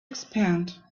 expand